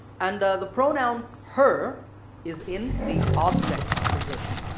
and the pronoun her is in the object position.